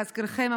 להזכירכם,